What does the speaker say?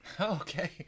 Okay